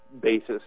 basis